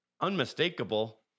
Unmistakable